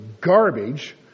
garbage